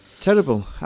Terrible